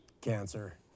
cancer